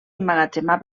emmagatzemar